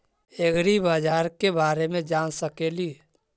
ऐग्रिबाजार के बारे मे जान सकेली?